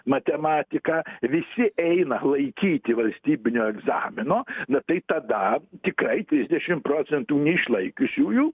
matematiką visi eina laikyti valstybinio egzamino na tai tada tikrai trisdešim procentų neišlaikiusiųjų